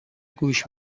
گوش